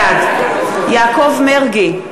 בעד יעקב מרגי,